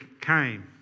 came